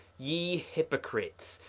ye hypocrites,